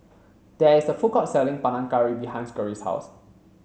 there is a food court selling Panang Curry behind Geri's house